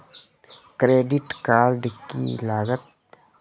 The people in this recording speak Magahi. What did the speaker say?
क्रेडिट कार्ड की लागत?